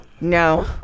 No